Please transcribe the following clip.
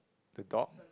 the dog